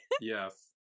Yes